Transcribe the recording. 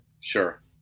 Sure